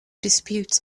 dispute